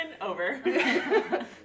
over